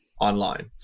online